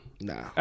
Nah